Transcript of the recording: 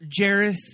jareth